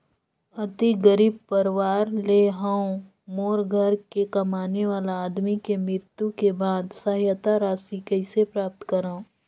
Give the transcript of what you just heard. अति गरीब परवार ले हवं मोर घर के कमाने वाला आदमी के मृत्यु के बाद सहायता राशि कइसे प्राप्त करव?